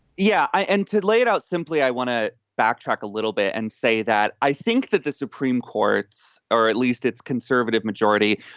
yeah, i end to lay it out simply. i want to backtrack a little bit and say that i think that the supreme courts, or at least its conservative majority,